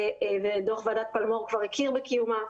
דוח ועדת פלמור כבר הכיר בקיומה,